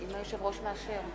בעד יולי יואל אדלשטיין,